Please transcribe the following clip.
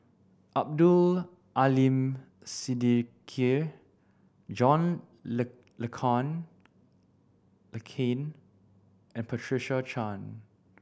Abdul Aleem Siddique John Le Le calm Le Cain and Patricia Chan